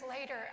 later